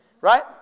right